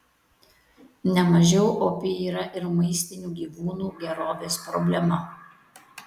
nemažiau opi yra ir maistinių gyvūnų gerovės problema